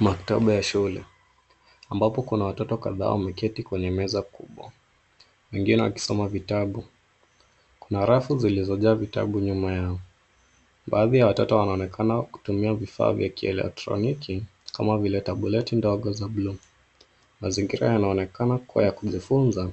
Maktaba ya shule ambapo kuna watoto kadhaa wameketi kwenye meza kubwa, wengine wakisoma vitabu. Kuna rafu zilizojaa vitabu nyuma yao. Baadhi ya watoto wanaonekana wakitumia vifaa vya elektroniki kama vile (cs)tablet(cs) ndogo za bluu. Mazingira yanaonekana kuwa ya kujifunza